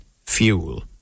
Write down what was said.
fuel